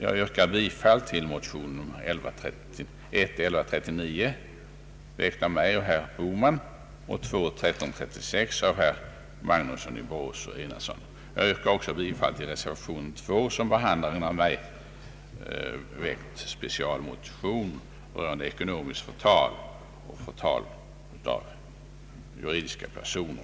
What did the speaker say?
Jag yrkar bifall till motion I:1139, väckt av mig och herr Bohman och II: 1336, väckt av herrar Magnusson i Borås och Enarsson. Jag yrkar också bifall till reservation II som behandlar en av mig väckt specialmotion rörande ekonomiskt förtal och förtal av juridiska personer.